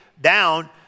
down